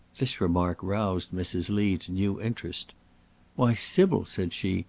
this remark roused mrs. lee to new interest why, sybil, said she,